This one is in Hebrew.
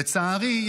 לצערי,